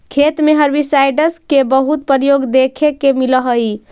खेत में हर्बिसाइडस के बहुत प्रयोग देखे के मिलऽ हई